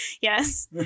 Yes